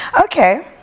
Okay